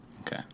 Okay